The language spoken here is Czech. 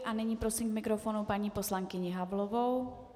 A nyní prosím k mikrofonu paní poslankyni Havlovou.